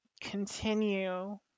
continue